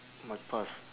my past